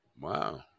wow